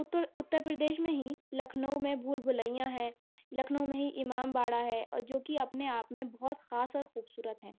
اتر اتر پردیش میں ہی لکھنؤ میں بھول بھلیا ہیں لکھنؤ میں ہی امام باڑہ ہے جوکہ اپنے آپ میں بہت خاص اور خوبصورت ہیں